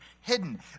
hidden